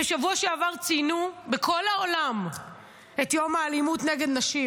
בשבוע שעבר ציינו בכל העולם את יום האלימות נגד נשים.